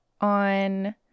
on